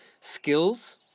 skills